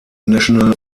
national